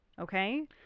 Okay